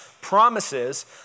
promises